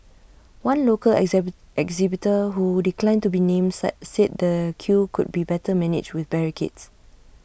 one local exhibit exhibitor who declined to be named sad said the queue could be better managed with barricades